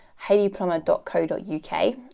hayleyplumber.co.uk